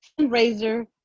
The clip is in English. fundraiser